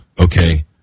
okay